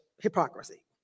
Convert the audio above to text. hypocrisy